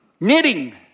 knitting